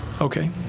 Okay